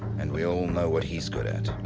and we all know what he is good at.